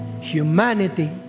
humanity